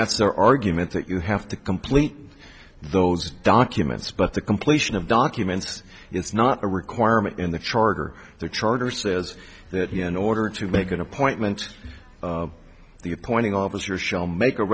that's their argument that you have to complete those documents but the completion of documents it's not a requirement in the charter their charter says that in order to make an appointment the appointing officer shall make a